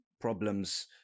problems